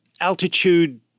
altitude